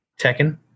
Tekken